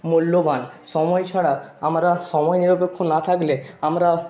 মূল্যবান সময় ছাড়া আমরা সময় নিরপেক্ষ না থাকলে আমরা